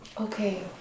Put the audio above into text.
Okay